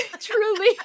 truly